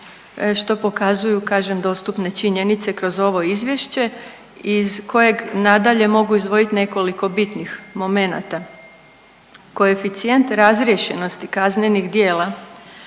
što pokazuju kažem dostupne činjenice kroz ovo izvješće iz kojeg nadalje mogu izdvojit nekoliko bitnih momenata. Koeficijent razriješenosti kaznenih djela